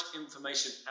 information